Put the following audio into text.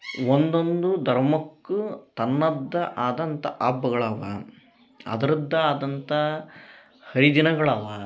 ಒಂದೊಂದು ಧರ್ಮಕ್ಕೂ ತನ್ನದ್ದ ಆದಂಥ ಹಬ್ಗಳವ ಅದರದ್ದ ಆದಂಥ ಹರಿದಿನಗಳವ